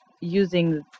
using